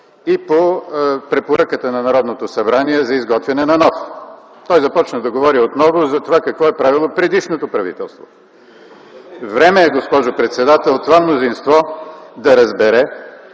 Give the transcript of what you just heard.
и по препоръката на Народното събрание за изготвяне на нов. Той започна да говори отново за това какво е правило предишното правителство. Време е, госпожо председател, това мнозинство да разбере,